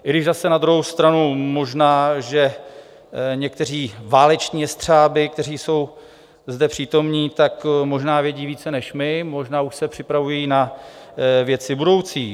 I když zase na druhou stranu možná, že někteří váleční jestřábi, kteří jsou zde přítomní, tak možná vědí více než my, možná už se připravují na věci budoucí.